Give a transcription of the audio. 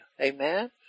amen